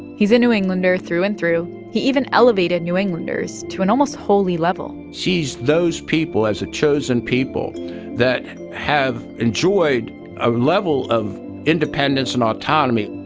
he's a new englander through and through. he even elevated new englanders to an almost holy level sees those people as a chosen people that have enjoyed a level of independence and autonomy,